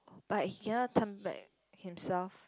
but he cannot turn back himself